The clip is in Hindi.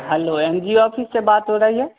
hello N G O office से बात हो रही है